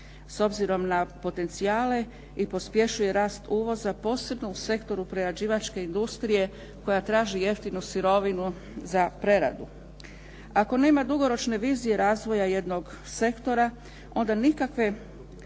s obzirom na potencijale i pospješuje rast uvoza posebno u sektoru prerađivačke industrije koja traži jeftinu sirovinu za preradu. Ako nema dugoročne vizije razvija jednog sektora onda nikakve